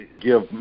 give